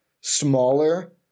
smaller